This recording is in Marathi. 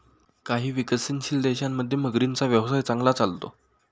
काही विकसनशील देशांमध्ये मगरींचा व्यवसाय चांगला चालतो